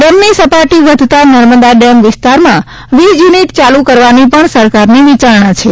dam ની સપાટી વધતા નર્મદા ડેમ વિસ્તારમા વીજ યુનિટ ચાલુ કરવાની પણ સરકારની વિચારણા છે